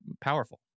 powerful